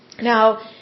Now